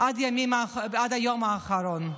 עד היום האחרון.